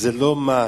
שזה לא מס.